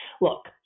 Look